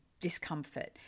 discomfort